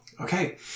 Okay